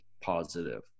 positive